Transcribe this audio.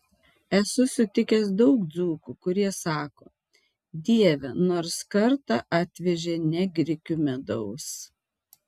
esu sutikęs daug dzūkų kurie sako dieve nors kartą atvežė ne grikių medaus